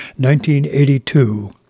1982